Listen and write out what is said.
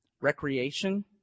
Recreation